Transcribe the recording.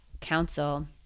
council